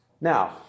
Now